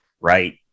right